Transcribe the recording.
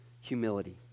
humility